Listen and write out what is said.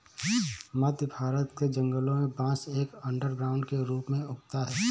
मध्य भारत के जंगलों में बांस एक अंडरग्राउंड के रूप में उगता है